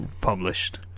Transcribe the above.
published